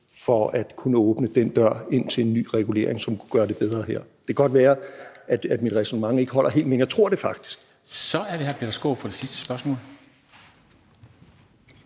for at kunne åbne den dør ind til en ny regulering, så vi kunne gøre det bedre. Det kan godt være, mit ræsonnement ikke holder helt, men jeg tror det faktisk. Kl. 13:48 Formanden (Henrik Dam Kristensen): Så